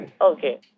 okay